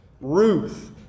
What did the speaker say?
Ruth